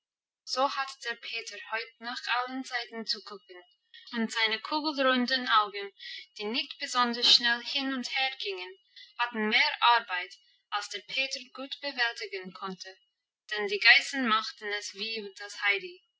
so hatte der peter heut nach allen seiten zu gucken und seine kugelrunden augen die nicht besonders schnell hin und her gingen hatten mehr arbeit als der peter gut bewältigen konnte denn die geißen machten es wie das heidi